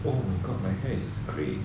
oh my god my hair is grey